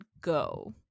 go